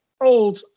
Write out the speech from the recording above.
old